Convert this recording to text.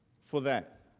for that.